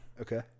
okay